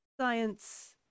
Science